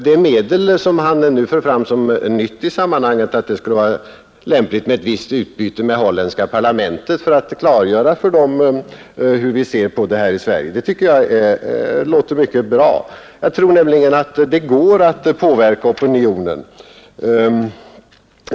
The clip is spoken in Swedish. Det medel han nu för fram såsom nytt i sammanhanget, nämligen att det skulle vara lämpligt med ett visst utbyte med det holländska parlamentet för att klargöra för dess ledamöter hur vi ser på denna fråga i Sverige, tycker jag låter mycket bra. Jag tror att det går att påverka opinionen.